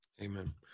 Amen